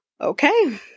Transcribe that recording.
okay